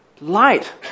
light